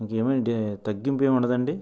ఇంకేమంటే తగ్గింపు ఏమి ఉండదండి